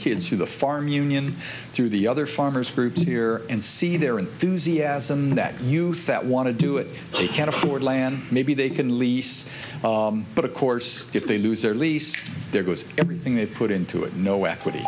kids through the farm union through the other farmers groups here and see their enthusiasm that youth that want to do it they can afford land maybe they can lease but of course if they lose their lease there goes everything they put into it no equity